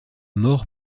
mor